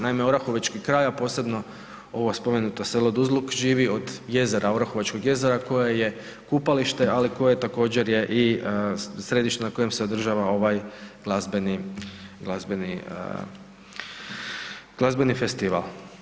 Naime, orahovečki kraj, a posebno ovo spomenuto selo Duzluk živi od jezera, orahovečkog jezera koje je kupalište, ali koje također je i središte na kojem se održava ovaj glazbeni, glazbeni, glazbeni festival.